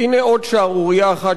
הנה עוד שערורייה אחת,